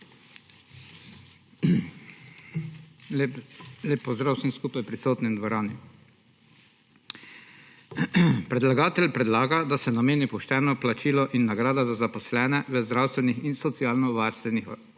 Lep pozdrav vsem skupaj prisotnim v dvorani! Predlagatelj predlaga, da se nameni pošteno plačilo in nagrada za zaposlene v zdravstvenih in socialnovarstvenih ustanovah,